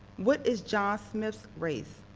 what is john smith's race?